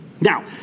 Now